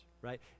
right